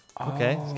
Okay